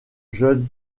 jeunes